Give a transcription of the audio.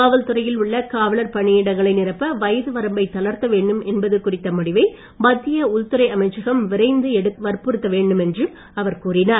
காவல்துறையில் உள்ள காவலர் பணியிடங்களை நிரப்ப வயது வரம்பை தளர்த்த வேண்டும் என்பது குறித்த முடிவை மத்திய உள்துறை அமைச்சகம் விரைந்து எடுக்க வற்புறுத்த வேண்டும் என்றும் அவர் கூறினார்